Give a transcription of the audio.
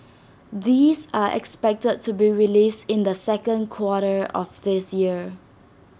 these are expected to be released in the second quarter of this year